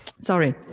Sorry